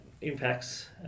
impacts